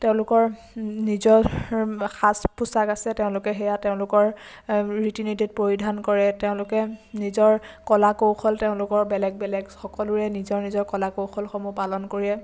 তেওঁলোকৰ নিজৰ সাজ পোচাক আছে তেওঁলোকে সেয়া তেওঁলোকৰ ৰীতি নীতিত পৰিধান কৰে তেওঁলোকে নিজৰ কলা কৌশল তেওঁলোকৰ বেলেগ বেলেগ সকলোৰে নিজৰ নিজৰ কলা কৌশলসমূহ পালন কৰে